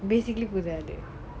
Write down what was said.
basically புது ஆளு:puthu aalu